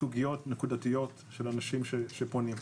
סוגיות נקודתיות של אנשים שפונים.